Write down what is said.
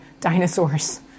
dinosaurs